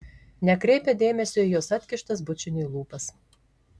nekreipia dėmesio į jos atkištas bučiniui lūpas